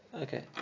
Okay